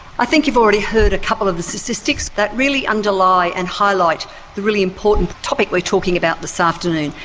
i think you've already heard a couple of the statistics that really underlie and highlight the really important topic we're talking about this afternoon,